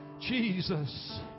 Jesus